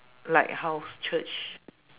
lighthouse church